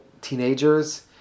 teenagers